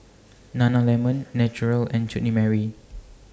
Nana Lemon Naturel and Chutney Mary